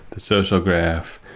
the social graph,